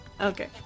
Okay